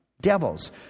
devils